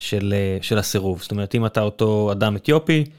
של הסירוב, זאת אומרת אם אתה אותו אדם אתיופי.